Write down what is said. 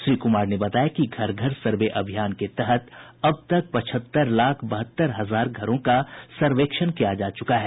श्री कुमार ने बताया कि घर घर सर्वे अभियान के तहत अब तक पचहत्तर लाख बहत्तर हजार घरों का सर्वेक्षण किया जा चुका है